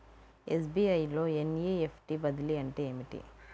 SBI లో NEFT బదిలీ అంటే ఏమిటి?